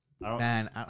Man